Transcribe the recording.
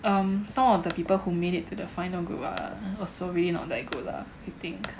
um some of the people who made it to the final group ah also really not that good lah I think